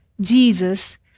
Jesus